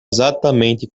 exatamente